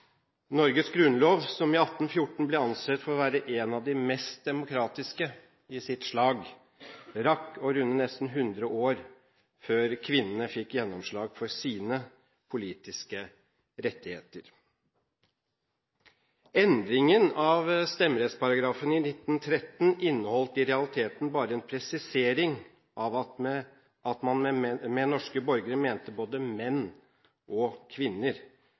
Norges grunnlov, som i 1814 ble ansett for å være en av de mest demokratiske i sitt slag, rakk å runde nesten 100 år før kvinnene fikk gjennomslag for sine politiske rettigheter. Endringen av stemmerettsparagrafen i 1913 inneholdt i realiteten bare en presisering av at man med norske borgere mente både «Mænd og